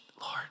Lord